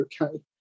okay